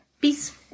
Peace